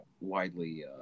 widely